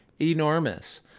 enormous